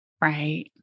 right